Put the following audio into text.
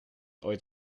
ooit